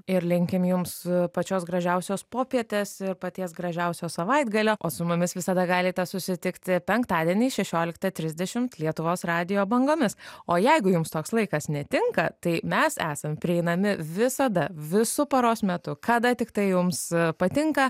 ir linkim jums pačios gražiausios popietės ir paties gražiausio savaitgalio o su mumis visada galite susitikti penktadienį šešiolika trisdešimt lietuvos radijo bangomis o jeigu jums toks laikas netinka tai mes esam prieinami visada visu paros metu kada tiktai jums patinka